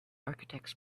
architects